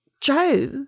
Joe